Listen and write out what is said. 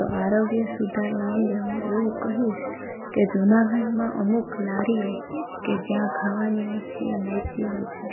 તો આરોગ્ય સુધારવા અંગે હું એવું કહીશ કે જૂનાગઢમાં અમુક લારીઓ કે જ્યાં ખાવાની વસ્તુઓ મળતી હોય છે